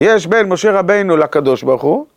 יש בין משה רבינו לקדוש ברוך הוא